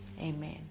Amen